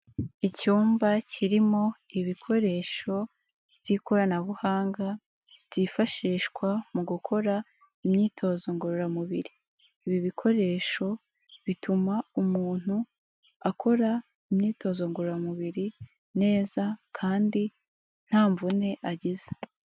Icyumba kirimo ibikoresho by'ikoranabuhanga byifashishwa mu gukora imyitozo ngororamubiri, ibi bikoresho bituma umuntu akora imyitozo ngororamubiri neza kandi nta mvune agize.